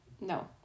no